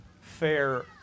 fair